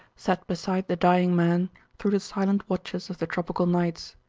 sat beside the dying man through the silent watches of the tropical nights.